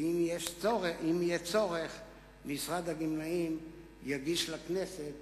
ואם יהיה צורך משרד הגמלאים יגיש לכנסת